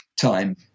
time